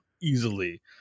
easily